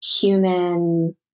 human